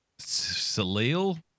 Salil